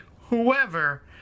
whoever